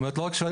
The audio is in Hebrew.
אני חושב